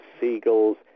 seagulls